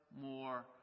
more